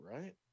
right